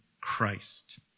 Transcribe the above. Christ